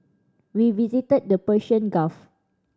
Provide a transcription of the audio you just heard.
we visited the Persian Gulf